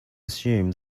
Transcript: assume